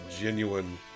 genuine